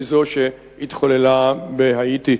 מזו שהתחוללה בהאיטי.